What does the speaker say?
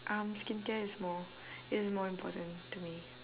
um skincare is more is more important to me